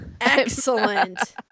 Excellent